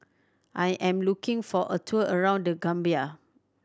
I am looking for a tour around The Gambia